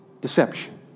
deception